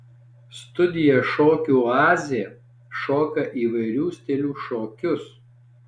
studija šokių oazė šoka įvairių stilių šokius